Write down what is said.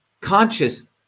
conscious